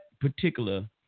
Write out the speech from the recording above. particular